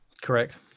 correct